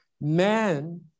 Man